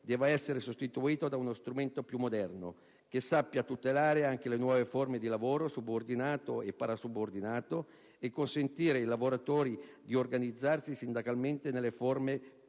debba essere sostituito da uno strumento più moderno, che sappia tutelare anche le nuove forme di lavoro subordinato e parasubordinato e consentire ai lavoratori di organizzarsi sindacalmente nelle forme che